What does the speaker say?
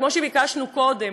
כמו שביקשנו קודם: